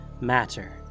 matter